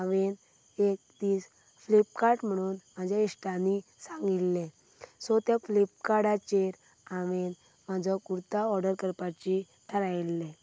हांवें एक दीस फ्लिपकार्ट म्हणून म्हज्या इश्टांनी सांगिल्लें सो त्या फ्लिपकार्टाचेर हांवें म्हजो कुर्ता ओर्डर करपाचें थारयल्लें